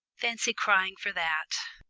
fancy crying for that!